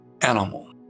animal